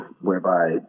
whereby